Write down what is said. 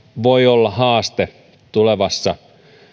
voi olla haaste tulevassa